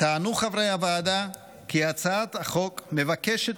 טענו חברי הוועדה כי הצעת החוק מבקשת